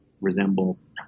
resembles